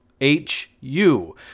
H-U